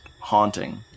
haunting